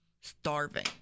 Starving